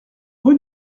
rue